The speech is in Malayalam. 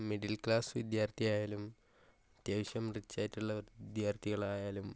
മിഡിൽ ക്ലാസ് വിദ്യാർത്ഥി ആയാലും അത്യാവശ്യം റിച്ചായിട്ടുളള വിദ്യാർത്ഥികളായാലും